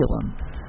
curriculum